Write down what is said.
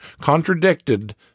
...contradicted